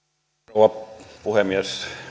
rouva puhemies